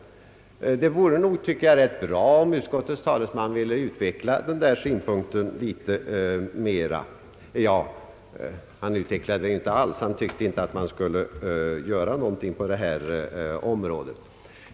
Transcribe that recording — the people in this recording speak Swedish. Det vore nog rätt bra om utskottets talesman ville utveckla denna synpunkt litet mer.